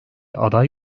aday